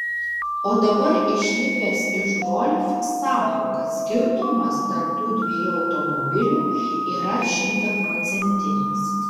o dabar išlipęs iš golf sako kad skirtumas tarp tų dviejų automobilių yra šimtaprocentinis